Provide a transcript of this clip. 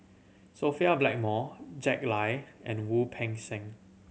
Sophia Blackmore Jack Lai and Wu Peng Seng